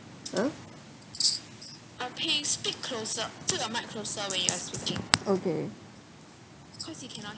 !huh! okay